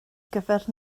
gyfer